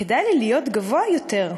/ כדאי לי להיות גבוה יותר.